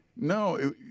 No